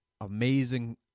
amazing